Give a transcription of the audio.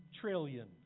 trillion